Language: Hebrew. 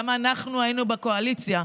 גם אנחנו היינו בקואליציה.